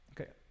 Okay